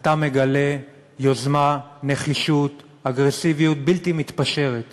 אתה מגלה יוזמה, נחישות, אגרסיביות בלתי מתפשרת